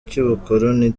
cy’ubukoloni